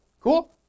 Cool